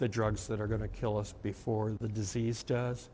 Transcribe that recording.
the drugs that are going to kill us before the disease